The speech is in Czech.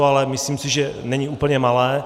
Ale myslím si, že není úplně malé.